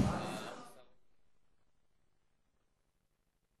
(הישיבה נפסקה בשעה